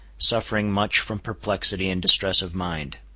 suffering much from perplexity and distress of mind.